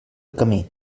camí